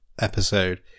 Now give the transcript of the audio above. episode